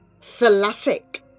Thalassic